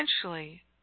essentially